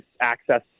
access